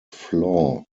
flaw